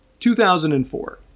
2004